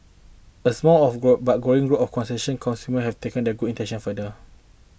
a small of grow but growing group of conscientious consumers have taken their good intentions further